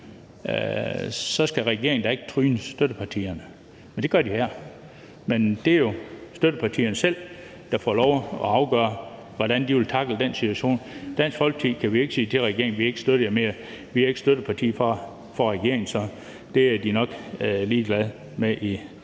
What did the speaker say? skal regeringen da ikke tryne støttepartierne. Det gør de her, men det er jo støttepartierne selv, der får lov at afgøre, hvordan de vil tackle den situation. Dansk Folkeparti kan ikke sige til regeringen, at vi ikke støtter dem mere, for vi er ikke støtteparti for regeringen, så det er de nok ligeglade med i